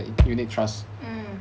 mm